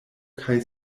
kaj